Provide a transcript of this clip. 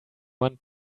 want